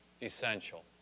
Essential